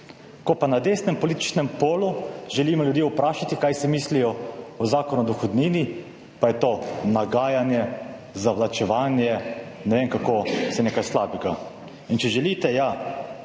ko pa na desnem političnem polu želimo ljudi vprašati, kaj si mislijo o Zakonu o dohodnini, pa je to nagajanje, zavlačevanje, ne vem, nekaj slabega. In če želite, ja,